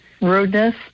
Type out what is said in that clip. rudeness